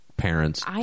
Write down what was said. parents